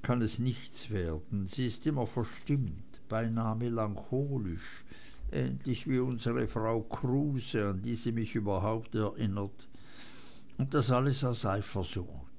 kann es nichts werden sie ist immer verstimmt beinahe melancholisch ähnlich wie unsere frau kruse an die sie mich überhaupt erinnert und das alles aus eifersucht